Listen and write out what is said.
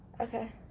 Okay